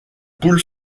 poule